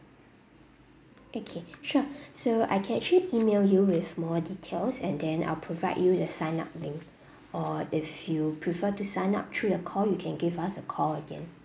okay sure so I can actually email you with more details and then I'll provide you the sign up link or if you prefer to sign up through the call you can give us a call again